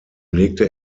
legte